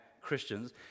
Christians